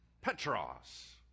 Petros